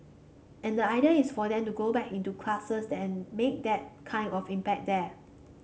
and the idea is for them to go back into the classes and make that kind of impact there